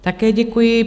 Také děkuji.